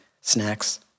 snacks